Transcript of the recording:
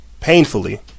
painfully